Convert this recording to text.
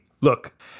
look